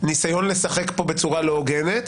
ניסיון לשחק פה בצורה לא הוגנת,